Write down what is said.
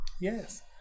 yes